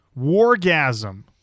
Wargasm